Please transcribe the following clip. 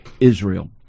Israel